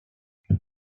det